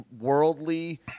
worldly